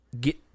get